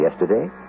yesterday